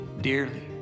dearly